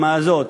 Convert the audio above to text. זה.